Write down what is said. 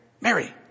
Mary